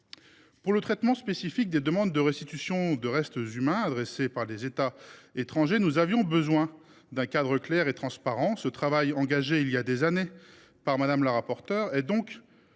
Pour le traitement spécifique des demandes de restitution de restes humains adressées par des États étrangers, nous avions besoin d’un cadre clair et transparent. Le travail engagé il y a des années par Catherine Morin